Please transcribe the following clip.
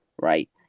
right